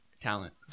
talent